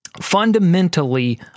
fundamentally